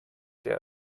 der